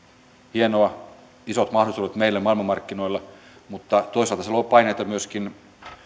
hienoa isot mahdollisuudet meille maailmanmarkkinoilla mutta toisaalta se luo paineita myöskin